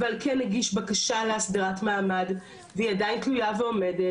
אבל כן הגיש בקשה להסדרת מעמד והיא עדיין תלויה ועומדת,